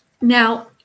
now